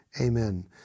Amen